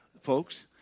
folks